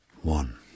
One